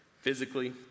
physically